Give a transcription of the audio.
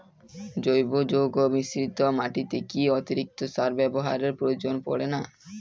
জৈব যৌগ মিশ্রিত মাটিতে কি অতিরিক্ত সার ব্যবহারের প্রয়োজন পড়ে না?